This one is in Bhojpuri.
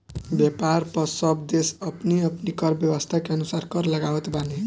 व्यापार पअ सब देस अपनी अपनी कर व्यवस्था के अनुसार कर लगावत बाने